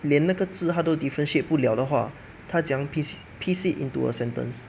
连那个字他都 differentiate 不了的话它怎么样 piece it into a sentence